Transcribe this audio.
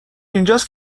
اینجاست